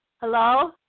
Hello